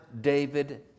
David